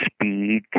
Speed